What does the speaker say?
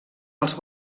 els